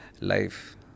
life